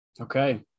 Okay